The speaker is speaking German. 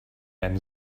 ein